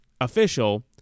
official